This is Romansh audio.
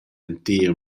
entir